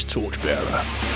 Torchbearer